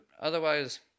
Otherwise